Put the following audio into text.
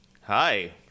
Hi